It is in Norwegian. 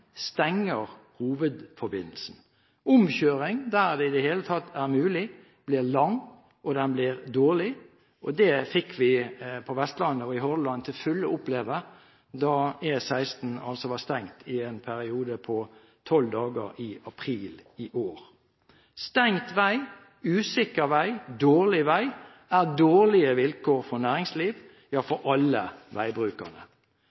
stenger hovedforbindelsen. Omkjøringen – der det i det hele tatt er mulig – blir lang og dårlig. Det fikk vi på Vestlandet og i Hordaland til fulle oppleve da E16 altså var stengt i en periode på tolv dager i april i år. Stengt vei, usikker vei og dårlig vei er dårlige vilkår for næringsliv